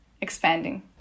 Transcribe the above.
expanding